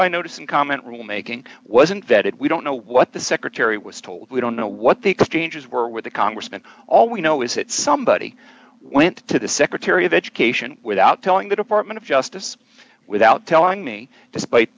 by notice and comment rule making wasn't vetted we don't know what the secretary was told we don't know what the exchanges were with the congressman all we know is that somebody went to the secretary of education without telling the department of justice without telling me despite